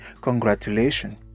congratulations